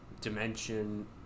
dimension